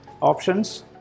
options